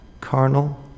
carnal